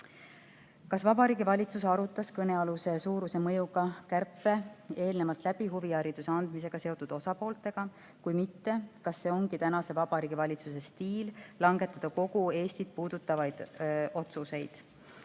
"Kas Vabariigi Valitsus arutas kõnealuse suure mõjuga kärpe eelnevalt läbi huvihariduse andmisega seotud osapooltega? Kui mitte, siis kas see ongi tänase Vabariigi Valitsuse stiil langetada kogu Eestit puudutavaid otsuseid?"